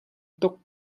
tuk